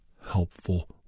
helpful